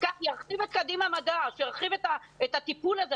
שירחיב את קדימה מדע, שירחיב את הטיפול הזה.